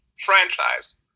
franchise